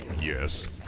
Yes